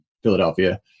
Philadelphia